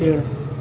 पेड़